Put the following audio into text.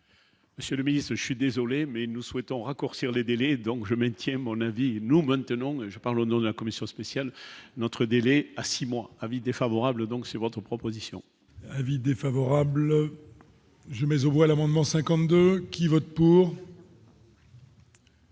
Monsieur le ministre, je suis désolé, mais nous souhaitons raccourcir les délais, donc je maintiens mon avis nous maintenons je parle au nom de la commission spéciale notre délai à 6 mois avis défavorable, donc c'est votre proposition. Avis défavorable je mais on voit l'amendement 52 qui vote pour.